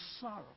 sorrow